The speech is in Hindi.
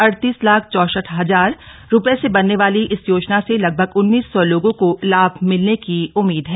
अडतीस लाख चौसठ हजार रूपये से बनने वाली इस योजना से लगभग उन्नीस सौ लोगों को लाम मिलने की उम्मीद है